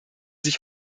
sich